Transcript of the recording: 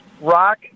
rock